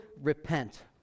Repent